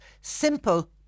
simple